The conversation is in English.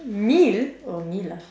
meal oh meal ah